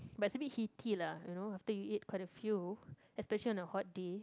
but a bit heaty lah you know after you eat quite a few especially on the hot day